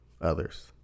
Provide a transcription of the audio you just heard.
others